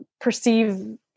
perceive